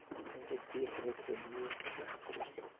उनको देख रेख के लिये